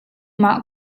mah